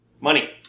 Money